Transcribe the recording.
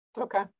Okay